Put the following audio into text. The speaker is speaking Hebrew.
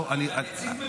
אתה נציג ממשלה.